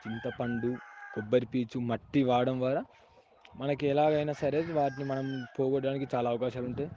చింతపండు కొబ్బరి పీచు మట్టి వాడటం ద్వారా మనకి ఎలాగైనా సరే వాటిని మనం పోగొట్టడానికి చాలా అవకాశాలు ఉంటాయి